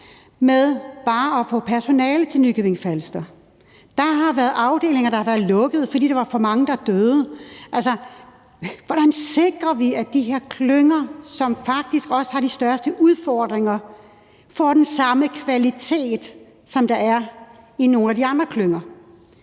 med bare at få personale til Nykøbing Falster. Der har været afdelinger, der har været lukkede, fordi der var for mange, der døde. Altså, hvordan sikrer vi, at de her klynger, som faktisk også har de største udfordringer, får den samme kvalitet, som der er i nogle af de andre klynger?